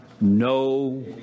no